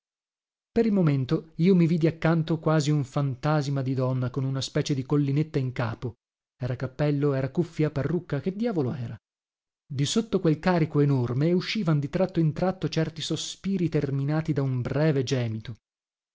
per il momento io mi vidi accanto quasi un fantasima di donna con una specie di collinetta in capo era cappello era cuffia parrucca che diavolo era di sotto quel carico enorme uscivan di tratto in tratto certi sospiri terminati da un breve gemito